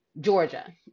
Georgia